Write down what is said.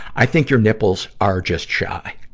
i think your nipples are just shy.